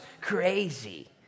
crazy